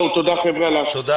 זהו, תודה חבר'ה על ההקשבה.